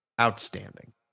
Outstanding